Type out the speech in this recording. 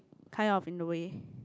kind of in the way